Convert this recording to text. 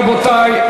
רבותי,